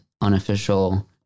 unofficial